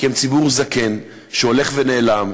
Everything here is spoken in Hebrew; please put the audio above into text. כי הם ציבור זקן שהולך ונעלם.